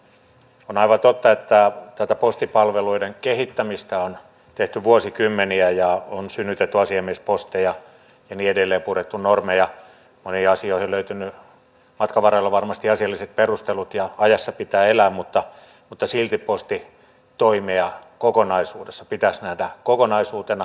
on aivan totta että tätä postipalveluiden kehittämistä on tehty vuosikymmeniä ja on synnytetty asiamiesposteja ja niin edelleen purettu normeja moniin asioihin on löytynyt matkan varrella varmasti asialliset perustelut ja ajassa pitää elää mutta silti postitoimi pitäisi nähdä kokonaisuutena